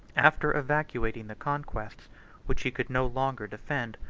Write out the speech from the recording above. after evacuating the conquests which he could no longer defend,